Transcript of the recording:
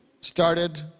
started